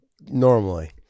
normally